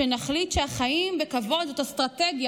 שנחליט שחיים בכבוד זו אסטרטגיה.